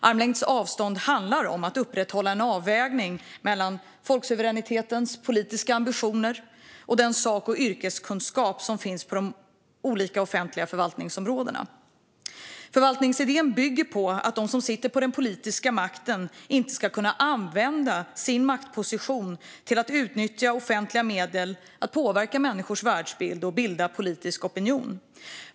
Armlängds avstånd handlar om att upprätthålla en avvägning mellan folksuveränitetens politiska ambitioner och den sak och yrkeskunskap som finns på de olika offentliga förvaltningsområdena. Förvaltningsidén bygger på att de som sitter på den politiska makten inte ska kunna använda sin maktposition till att utnyttja offentliga medel för att påverka människors världsbild och bilda politisk opinion.